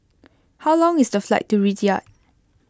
how long is the flight to Riyadh